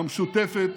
ובמשותפת,